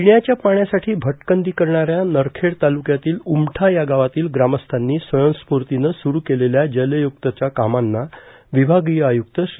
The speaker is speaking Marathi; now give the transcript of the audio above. पिण्याच्या पाण्यासाठी भटकंती करणाऱ्या नरखेड तालुक्यातील उमठा या गावातील ग्रामस्थांनी स्वयंस्फूर्तीनं सुरु केलेल्या जलयुक्तव्या कामांना विभागीय आयुक्त श्री